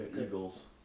Eagles